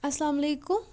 اَسلامُ علیکُم